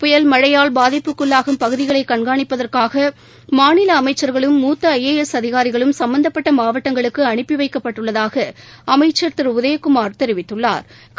புயல் மழையால் பாதிப்புக்கு உள்ளாகும் பகுதிகளை கண்காணிப்பதற்காக மாநில அமைச்சா்களும் மூத்தி ஐ வர் எஸ் அதிகாிகளும் சும்பந்தப்பட்ட மாவட்டங்களுக்கு அனுப்பி வைக்கப்பட்டுள்ளதாக அமைச்சா் திரு உதயகுமாா் தெரிவித்துள்ளாா்